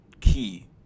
key